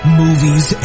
movies